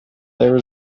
there